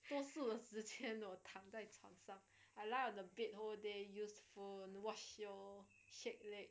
多数的时间在床上 I lie on the bed use phone watch show your shake leg